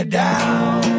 down